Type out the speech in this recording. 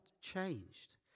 changed